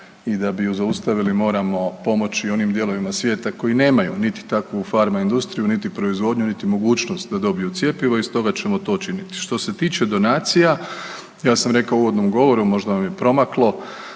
i da bi ju zaustavili, moramo pomoći onim dijelovima svijeta koji nemaju niti takvu farma industriju, niti proizvodnju, niti mogućnost da dobiju cjepivo i stoga ćemo to činiti. Što se tiče donacija, ja sam rekao u uvodnom govoru možda vam je promaklo,